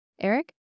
Eric